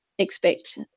expect